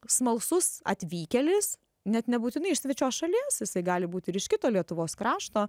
smalsus atvykėlis net nebūtinai iš svečios šalies visai gali būti ir iš kito lietuvos krašto